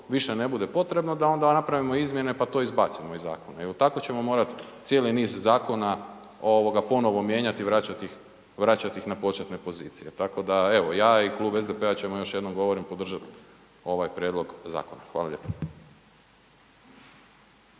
više ne bude potrebno da onda napravimo izmjene pa to izbacimo iz zakona jer tako ćemo morat cijeli niz zakona ovoga ponovo mijenjat i vraćat ih na početne pozicije. Tako da evo, ja i Klub SDP-a ćemo još jednom govorim podržat ovaj prijedlog zakona. Hvala lijepo.